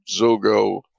Zogo